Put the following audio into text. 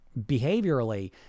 behaviorally